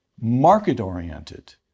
market-oriented